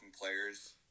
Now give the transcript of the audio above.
players